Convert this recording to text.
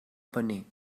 paner